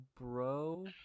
bro